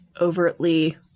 overtly